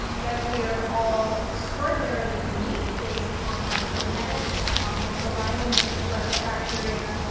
that we're all extraordinary unique based on our genetics, our microbiome, which is our gut bacteria,